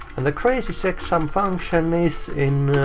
and the crazychecksumfunction is in